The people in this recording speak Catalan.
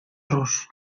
rus